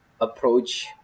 approach